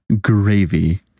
gravy